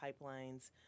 pipelines